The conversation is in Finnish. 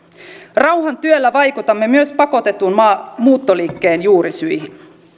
rauhantyöllä vaikutamme myös pakotetun muuttoliikkeen juurisyihin